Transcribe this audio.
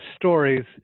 stories